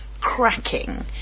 cracking